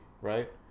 right